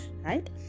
right